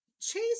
Chase